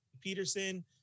Peterson